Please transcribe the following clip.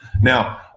Now